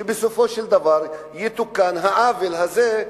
ושבסופו של דבר יתוקן העוול הזה,